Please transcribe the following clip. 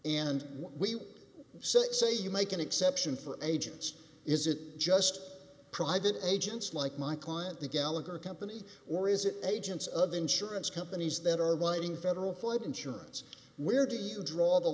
it say you make an exception for agents is it just private agents like my client the gallagher company or is it agents of insurance companies that are winding federal flood insurance where do you draw the